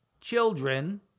children